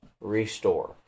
restore